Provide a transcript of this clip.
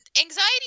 anxiety